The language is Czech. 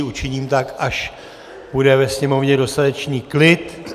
Učiním tak, až bude ve sněmovně dostatečný klid.